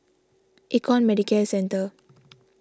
Econ Medicare Centre